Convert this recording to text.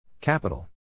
Capital